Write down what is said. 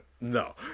no